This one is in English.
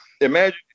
Imagine